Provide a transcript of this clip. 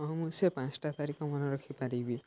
ହଁ ମୁଁ ସେ ପାଞ୍ଚଟା ତାରିଖ ମନେ ରଖିପାରିବି